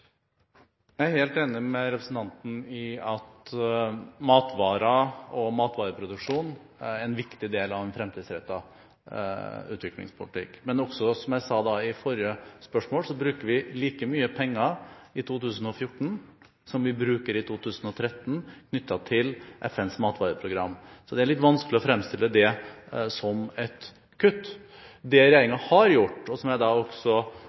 Jeg er helt enig med representanten i at matvarer og matvareproduksjon er en viktig del av en fremtidsrettet utviklingspolitikk, men som jeg sa i forrige svar, bruker vi like mye penger i 2014 som vi bruker i 2013, knyttet til FNs matvareprogram. Så det er litt vanskelig å fremstille det som et kutt. Det regjeringen har gjort, som jeg også understreket, er